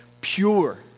pure